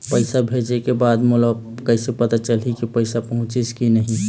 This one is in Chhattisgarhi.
पैसा भेजे के बाद मोला कैसे पता चलही की पैसा पहुंचिस कि नहीं?